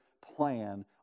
plan